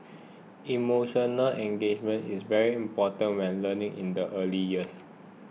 emotional engagement is very important when learning in the early years